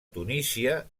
tunísia